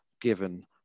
given